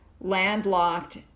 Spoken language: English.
landlocked